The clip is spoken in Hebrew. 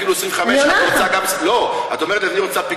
אני אומרת לך.